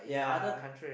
yeah